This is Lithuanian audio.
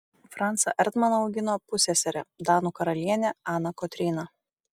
francą erdmaną augino pusseserė danų karalienė ana kotryna